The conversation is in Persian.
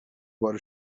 بار